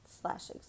slash